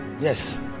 Yes